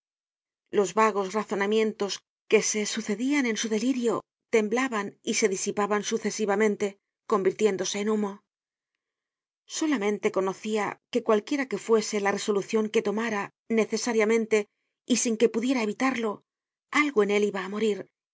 los vagos razonamientos que se sucedian en su delirio temblaban y se disipaban sucesivamente convirtiéndose en humo solamente conocia que cualquiera que fuese la resolucion que tomara necesariamente y sin que pudiera evitarlo algo en él iba á morir